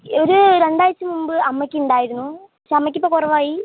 ഒരു രണ്ടാഴ്ച മുമ്പ് അമ്മയ്ക്കുണ്ടായിരുന്നു പക്ഷേ അമ്മയ്ക്കിപ്പോൾ കുറവായി